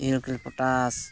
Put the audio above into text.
ᱤᱭᱩᱠᱤᱞᱤ potash